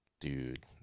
Dude